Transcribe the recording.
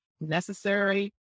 necessary